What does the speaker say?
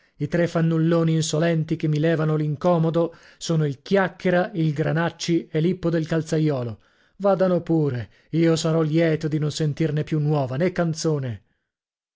i tre fannulloni insolenti che mi levano l'incomodo sono il chiacchiera il granacci e lippo del calzaiolo vadano pure io sarò lieto di non sentirne più nuova nè canzone